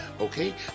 okay